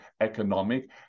economic